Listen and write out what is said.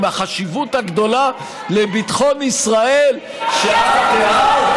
עם החשיבות הגדולה לביטחון ישראל שאת תיארת?